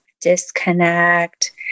disconnect